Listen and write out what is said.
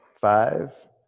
Five